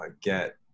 get